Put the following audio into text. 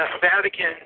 Vatican